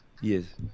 Yes